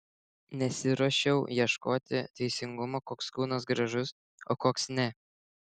nesiruošiau ieškoti teisingumo koks kūnas gražus o koks ne